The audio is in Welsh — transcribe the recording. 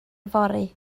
fory